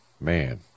man